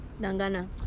Dangana